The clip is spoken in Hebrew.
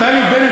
ואחד באצבע.